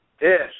Yes